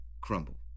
crumble